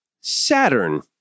Saturn